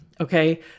Okay